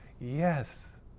Yes